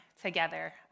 together